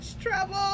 trouble